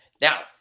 Now